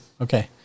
Okay